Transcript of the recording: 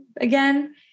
again